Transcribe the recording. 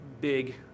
big